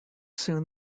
soon